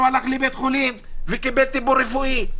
הלך לבית חולים וקיבל טיפול רפואי,